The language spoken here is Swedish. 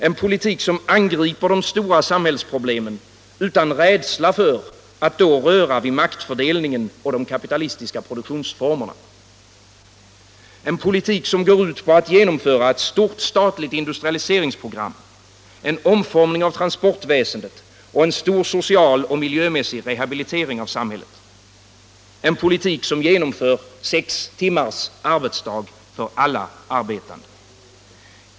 En politik som angriper de stora samhällsproblemen utan rädsla för att röra vid maktfördelningen och de kapitalistiska produktionsformerna. En politik som går ut på att genomföra ett stort statligt industrialiseringsprogram, en omformning av transportväsendet och en stor social och miljömässig rehabilitering av samhället. En politik som genomför sextimmarsarbetsdagen för alla. Endast en sådan politik kan avskaffa arbetslösheten.